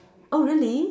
oh really